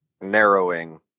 narrowing